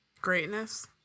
Greatness